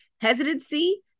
hesitancy